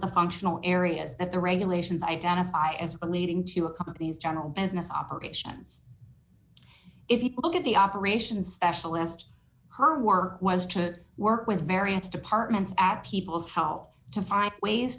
the functional areas that the regulations identify as leading to a company's general business operations if you look at the operations specialist her work was to work with various departments api people's health to find ways